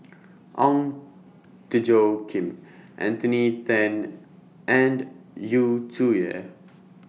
Ong Tjoe Kim Anthony Then and Yu Zhuye